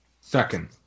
Second